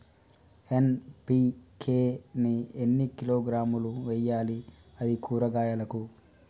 NPK ని ఎన్ని కిలోగ్రాములు వెయ్యాలి? అది కూరగాయలకు?